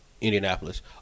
Indianapolis